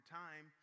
time